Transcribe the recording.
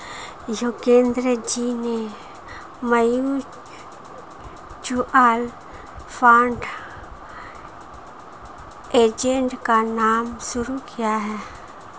योगेंद्र जी ने mutual fund agent का काम शुरू किया है